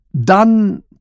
Done